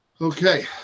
Okay